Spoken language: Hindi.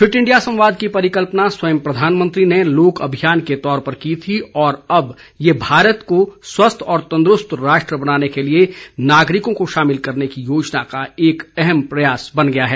फिट इंडिया संवाद की परिकल्पना स्वयं प्रधानमंत्री ने लोक अभियान के तौर पर की थी और यह अब भारत को स्वस्थ और तंदुरुस्त राष्ट्र बनाने के लिए नागरिकों को शामिल करने की योजना का एक अहम प्रयास बन गया है